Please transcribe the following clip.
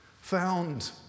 found